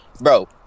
bro